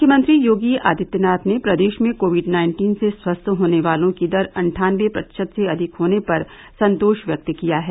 मुख्यमंत्री योगी आदित्यनाथ ने प्रदेश में कोविड नाइन्टीन से स्वस्थ होने वालों की दर अट्ठानबे प्रतिशत से अधिक होने पर संतोष व्यक्त किया है